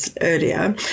earlier